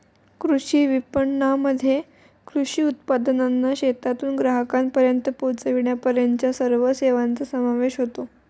कृषी विपणनामध्ये कृषी उत्पादनांना शेतातून ग्राहकांपर्यंत पोचविण्यापर्यंतच्या सर्व सेवांचा समावेश होतो